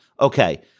Okay